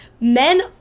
Men